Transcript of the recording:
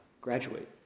graduate